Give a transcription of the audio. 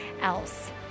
else